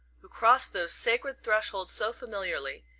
who crossed those sacred thresholds so familiarly,